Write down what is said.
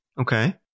okay